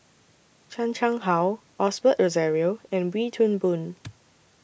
Chan Chang How Osbert Rozario and Wee Toon Boon